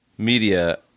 Media